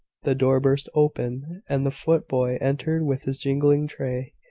the door burst open, and the foot-boy entered with his jingling tray,